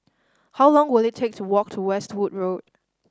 how long will it take to walk to Westwood Road